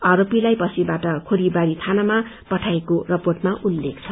आरोपीलाई पछिबाट खोरीबारी थानामा पठाइएको रिपोर्टमा उल्लेख छ